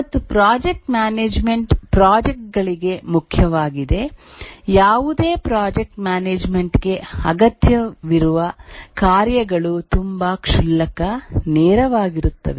ಮತ್ತು project management project ಗಳಿಗೆ ಮುಖ್ಯವಾಗಿದೆ ಯಾವುದೇ ಪ್ರಾಜೆಕ್ಟ್ ಮ್ಯಾನೇಜ್ಮೆಂಟ್ ಗೆ ಅಗತ್ಯವಿರುವ ಕಾರ್ಯಗಳು ತುಂಬಾ ಕ್ಷುಲ್ಲಕ ನೇರವಾಗಿರುತ್ತವೆ